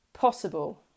possible